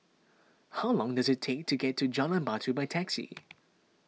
how long does it take to get to Jalan Batu by taxi